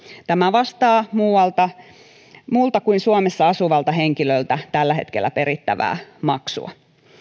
tämä vastaa muulta kuin suomessa asuvalta henkilöltä tällä hetkellä perittävää maksua